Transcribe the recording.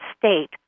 state